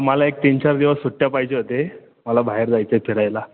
मला एक तीन चार दिवस सुट्ट्या पाहिजे होते मला बाहेर जायचे आहे फिरायला